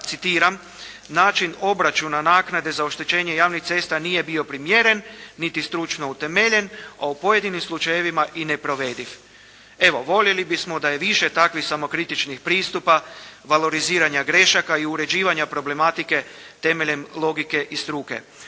citiram: "Način obračuna naknade za oštećenje javnih cesta nije bio primjeren niti stručno utemeljen, a u pojedinim slučajevima i neprovediv." Evo voljeli bismo da je više takvih samokritičnih pristupa, valoriziranja grešaka i uređivanja problematike temeljem logike i struke.